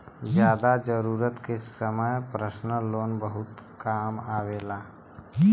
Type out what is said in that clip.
जादा जरूरत के समय परसनल लोन बहुते काम आवेला